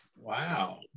Wow